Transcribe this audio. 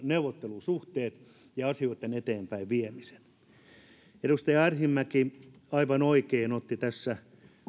neuvottelusuhteet ja asioitten eteenpäinviemisen edustaja arhinmäki aivan oikein otti tässä